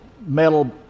metal